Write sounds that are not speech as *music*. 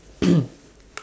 *noise*